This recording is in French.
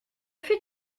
fais